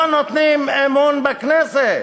לא נותנים אמון בכנסת.